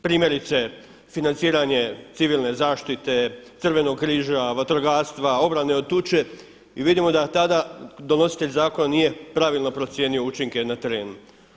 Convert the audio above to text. Primjerice, financiranje civilne zaštite, Crvenog križa, vatrogastva, obarane od tuče i vidimo da tada donositelj zakona nije pravilno procijenio učinke na terenu.